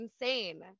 insane